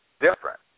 different